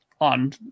on